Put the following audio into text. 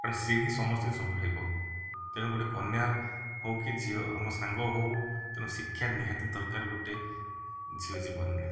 ଆଉ ସିଏ ହିଁ ସମସ୍ତଙ୍କି ସମ୍ଭାଳିବ ତେଣୁ ଗୋଟେ କନ୍ୟା ହେଉ କି ଝିଅ ଆମ ସାଙ୍ଗ ହେଉ ତେଣୁ ଶିକ୍ଷା ନିହାତି ଦରକାର ଗୋଟେ ଝିଅ ଜୀବନରେ